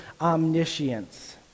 omniscience